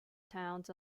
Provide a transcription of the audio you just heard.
towns